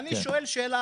אני שואל שאלה